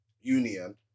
union